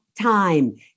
time